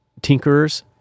tinkerers